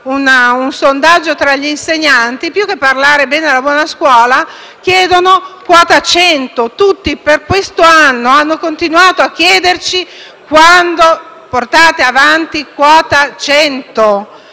un sondaggio tra gli insegnanti, più che parlare bene della legge sulla buona scuola ci chiedono quota 100. Tutti quest'anno hanno continuato a chiederci quando avremmo portato avanti quota 100.